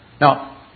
Now